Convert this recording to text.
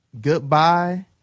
goodbye